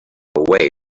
away